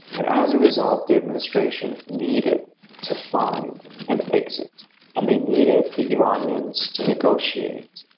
and as a result, the administration needed to find an exit and they needed the iranians to negotiate.